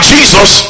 Jesus